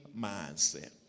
mindset